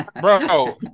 Bro